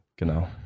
Genau